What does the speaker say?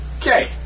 Okay